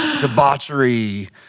debauchery